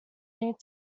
need